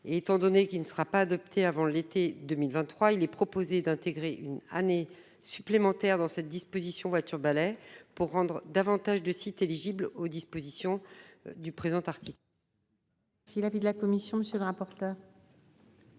étant donné qu'il ne sera pas adopté avant cet été, il est proposé d'intégrer une année supplémentaire dans cette disposition « voiture-balai » afin de rendre davantage de sites éligibles aux dispositions du présent article. Quel est l'avis de la commission ? Depuis le 1 juin